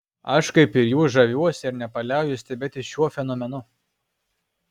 aš kaip ir jūs žaviuosi ir nepaliauju stebėtis šiuo fenomenu